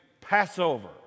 Passover